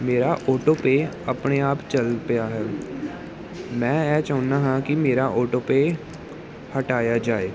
ਮੇਰਾ ਓਟੋਪੇਅ ਆਪਣੇ ਆਪ ਚਲ ਪਿਆ ਹੈ ਮੈਂ ਇਹ ਚਾਹੁੰਦਾ ਹਾਂ ਕਿ ਮੇਰਾ ਓਟੋਪੇਅ ਹਟਾਇਆ ਜਾਏ